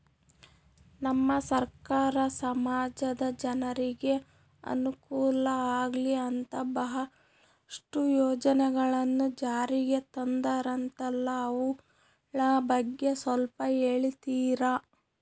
ನಮ್ಮ ಸರ್ಕಾರ ಸಮಾಜದ ಜನರಿಗೆ ಅನುಕೂಲ ಆಗ್ಲಿ ಅಂತ ಬಹಳಷ್ಟು ಯೋಜನೆಗಳನ್ನು ಜಾರಿಗೆ ತಂದರಂತಲ್ಲ ಅವುಗಳ ಬಗ್ಗೆ ಸ್ವಲ್ಪ ಹೇಳಿತೀರಾ?